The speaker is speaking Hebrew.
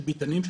של ביתנים,